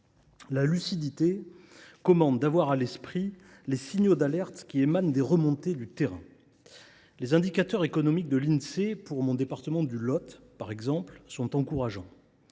La lucidité commande d’avoir à l’esprit les signaux d’alerte qui émanent des remontées de terrain. Les indicateurs économiques de l’Insee dans le département dont je suis élu, le Lot, par exemple, sont encourageants.